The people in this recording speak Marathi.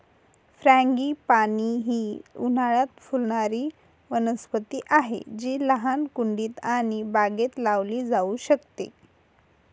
फ्रॅगीपानी ही उन्हाळयात फुलणारी वनस्पती आहे जी लहान कुंडीत आणि बागेत लावली जाऊ शकते